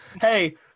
Hey